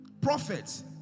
Prophets